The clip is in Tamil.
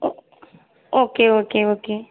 ஒ ஓகே ஓகே ஓகே